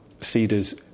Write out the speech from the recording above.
Cedars